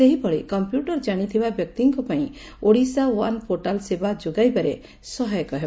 ସେହିଭଳି କମ୍ମ୍ୟଟର ଜାଣିଥିବା ବ୍ୟକ୍ତିଙ୍କ ପାଇଁ ଓଡ଼ିଶା ଓ୍ୱାନ୍ ପୋର୍ଟାଲ ସେବା ଯୋଗାଇବାରେ ସହାୟକ ହେବ